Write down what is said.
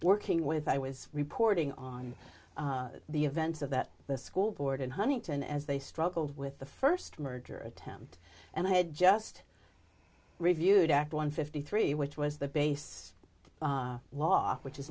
working with i was reporting on the events of that the school board in huntington as they struggled with the first merger attempt and i had just reviewed act one fifty three which was the base lot which is